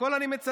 הכול אני מצטט.